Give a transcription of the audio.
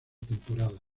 temporada